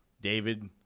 David